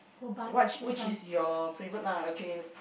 what which is you favourite lah okay